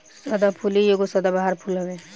सदाफुली एगो सदाबहार फूल हवे